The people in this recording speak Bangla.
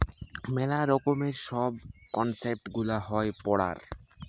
মেলা রকমের সব কনসেপ্ট গুলা হয় পড়ার